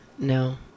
No